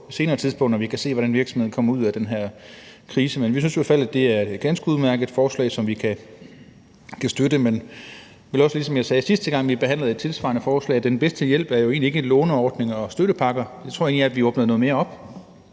når vi kan se, hvordan virksomhederne kommer ud af den her krise. Men vi synes i hvert fald, at det er et ganske udmærket forslag, som vi kan støtte. Men jeg vil også, ligesom jeg sagde sidste gang, vi behandlede et tilsvarende forslag, sige, at den bedste hjælp jo egentlig ikke er en låneordning og støttepakker, men den bedste hjælp er, at vi åbner noget mere op